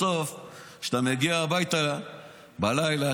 בסוף כשאתה מגיע הביתה בלילה,